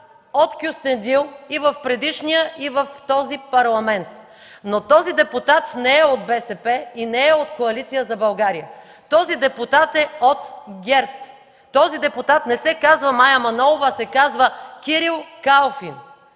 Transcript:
от Кюстендил и в предишния, и в този Парламент, но този депутат не е от БСП и не е от Коалиция за България. Този депутат е от ГЕРБ. Този депутат не се казва Мая Манолава, а се казва Кирил Калфин.